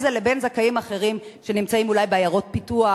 זה לבין זכאים אחרים שנמצאים אולי בעיירות פיתוח,